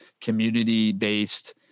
community-based